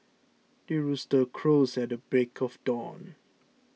the rooster crows at the break of dawn